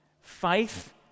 faith